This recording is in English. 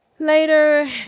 later